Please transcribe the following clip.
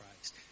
Christ